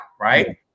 right